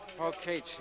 Okay